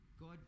God